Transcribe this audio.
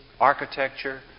architecture